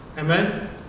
Amen